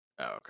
okay